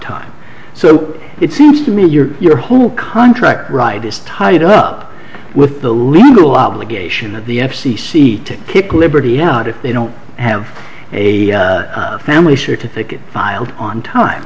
time so it seems to me your whole contract right is tied up with the legal obligation of the f c c to kick liberty out if they don't have a family certificate filed on time